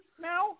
now